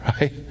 right